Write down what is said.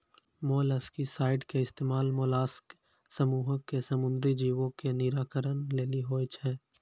molluscicide के इस्तेमाल mollusc समूहो के समुद्री जीवो के निराकरण लेली होय छै